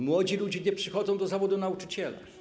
Młodzi ludzie nie przychodzą do zawodu nauczyciela.